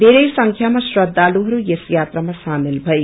वेरै संख्याामा श्रदालुहरू यस यात्राामा शामेल भए